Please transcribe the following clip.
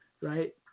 right